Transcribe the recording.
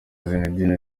zinedine